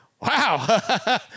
wow